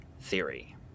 theory